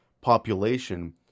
population